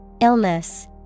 Illness